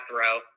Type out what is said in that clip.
throw